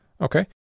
Okay